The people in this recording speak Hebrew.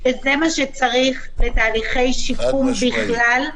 וזה מה שצריך בתהליכי שיקום בכלל.